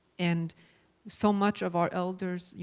and so much of our elders, you